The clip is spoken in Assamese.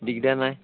দিগদাৰ নাই